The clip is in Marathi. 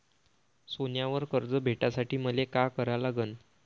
सोन्यावर कर्ज भेटासाठी मले का करा लागन?